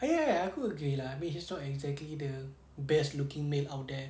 ya ya aku agree lah I mean he's not exactly the best looking male out there